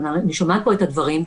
אני שומעת את הדברים,